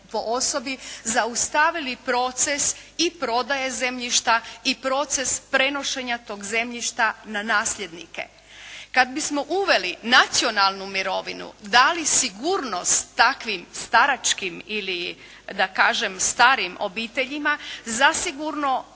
po osobi, zaustavili proces i prodaje zemljišta i proces prenošenja tog zemljišta na nasljednike. Kad bismo uveli nacionalnu mirovinu, dali sigurnost takvim staračkim ili, da kažem, starim obiteljima, zasigurno